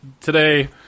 today